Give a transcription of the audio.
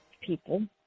people